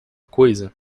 coisa